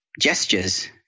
Gestures